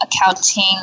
accounting